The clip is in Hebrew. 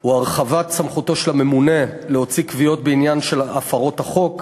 הוא הרחבת סמכותו של הממונה להוציא קביעות בעניין של הפרות החוק,